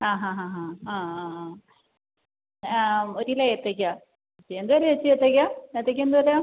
ആ ഹാ ഹാ ഹാ ആ ആ ആ എ ആ ഒരു കിലോ ഏത്തയ്ക്ക ചേച്ചി എന്ത് വിലയാണ് ചേച്ചി ഏത്തയ്ക്ക ഏത്തയ്ക്ക എന്ത് വിലയാണ്